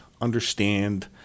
understand